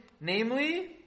namely